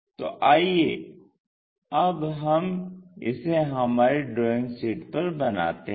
तो आइये अब हम इसे हमारी ड्राइंग शीट पर बनाते हैं